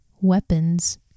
weapons